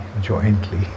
jointly